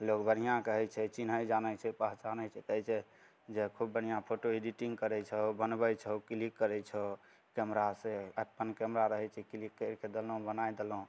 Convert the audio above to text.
लोग बढ़िआँ कहै छै चिन्हैत जानैत छै पहचानैत छै कहैत छै जे खुब बढ़िआँ फोटो एडीटिंग करैत छहो बनबैत छहो क्लिक करैत छहो कैमरा से अपन कैमरा रहै छै क्लिक करिके देलहुँ बनाइ देलहुँ